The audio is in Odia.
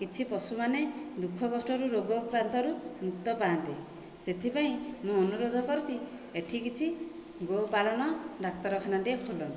କିଛି ପଶୁମାନେ ଦୁଃଖ କଷ୍ଟରୁ ରୋଗକ୍ରାନ୍ତରୁ ମୁକ୍ତ ପାଆନ୍ତେ ସେଥିପାଇଁ ମୁଁ ଅନୁରୋଧ କରୁଛି ଏଇଠି କିଛି ଗୋପାଳନ ଡାକ୍ତରଖାନା ଟିଏ ଖୋଲନ୍ତୁ